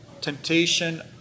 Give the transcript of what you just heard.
temptation